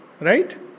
Right